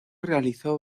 realizó